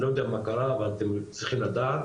אני לא יודע מה קרה אבל אתם צריכים לדעת,